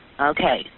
Okay